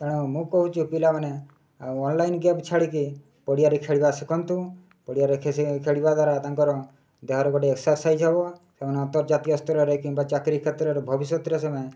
ତେଣୁ ମୁଁ କହୁଛି ପିଲାମାନେ ଆଉ ଅନଲାଇନ୍ ଗେମ୍ ଛାଡ଼ିକି ପଡ଼ିଆରେ ଖେଳିବା ଶିଖନ୍ତୁ ପଡ଼ିଆରେ ଖେଳିବା ଦ୍ୱାରା ତାଙ୍କର ଦେହର ଗୋଟେ ଏକ୍ସରସାଇଜ ହବ ସେମାନେ ଅନ୍ତର୍ଜାତୀୟ ସ୍ତରରେ କିମ୍ବା ଚାକିରୀ କ୍ଷେତ୍ରରେ ଭବିଷ୍ୟତରେ ସେମାନେ